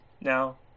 Now